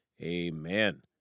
amen